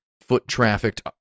foot-trafficked